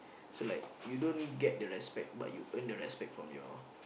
so like you don't get the respect but you earn the respect from your